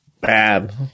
bad